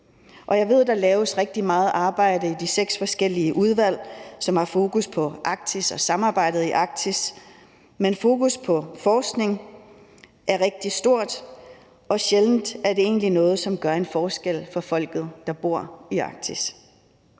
Jeg ved, at der laves rigtig meget arbejde i de seks forskellige udvalg, som har fokus på Arktis og samarbejdet i Arktis, og der er et stort fokus på forskning, men sjældent er det egentlig noget, som gør en forskel for folk, der bor i Arktis.